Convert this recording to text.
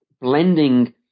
blending